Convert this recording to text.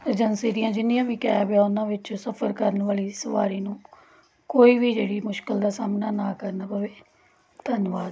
agency ਦੀਆਂ ਜਿੰਨੀਆਂ ਵੀ ਕੈਬ ਆ ਉਹਨਾਂ ਵਿੱਚ ਸਫਰ ਕਰਨ ਵਾਲੀ ਸਵਾਰੀ ਨੂੰ ਕੋਈ ਵੀ ਜਿਹੜੀ ਮੁਸ਼ਕਲ ਦਾ ਸਾਹਮਣਾ ਨਾ ਕਰਨਾ ਪਵੇ ਧੰਨਵਾਦ